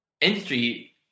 industry